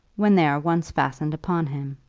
when they are once fastened upon him.